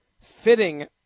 fitting